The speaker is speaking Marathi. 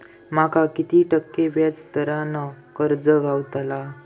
माका किती टक्के व्याज दरान कर्ज गावतला?